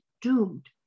doomed